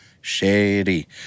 Shady